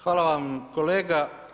Hvala vam kolega.